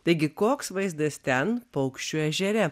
taigi koks vaizdas ten paukščių ežere